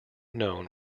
known